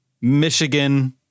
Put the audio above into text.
Michigan